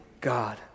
God